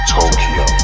Tokyo